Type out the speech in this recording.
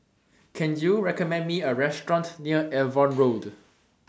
Can YOU recommend Me A Restaurant near Avon Road